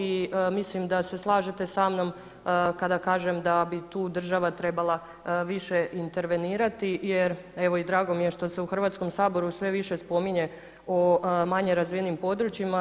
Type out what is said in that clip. I mislim da se slažete sa mnom kada kažem da bi tu država trebala više intervenirati, jer evo i drago mi je što se u Hrvatskom saboru sve više spominje o manje razvijenim područjima.